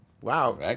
Wow